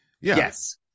Yes